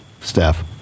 Steph